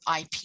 IP